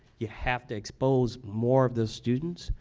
you have to expose more of the students,